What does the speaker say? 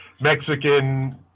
Mexican